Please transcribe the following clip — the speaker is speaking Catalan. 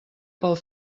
pel